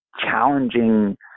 challenging